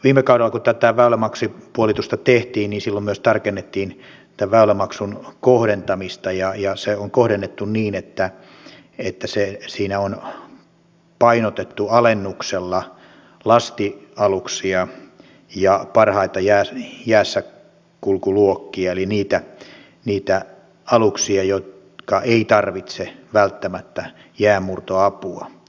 viime kaudella kun tätä väylämaksupuolitusta tehtiin myös tarkennettiin tämän väylämaksun kohdentamista ja se on kohdennettu niin että siinä on painotettu alennuksella lastialuksia ja parhaita jäissäkulkuluokkia eli niitä aluksia jotka eivät tarvitse välttämättä jäänmurtoapua